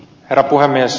herra puhemies